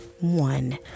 one